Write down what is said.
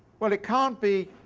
well, it can't be